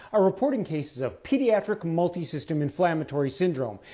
are reporting cases of pediatric multi-system inflammatory syndrome.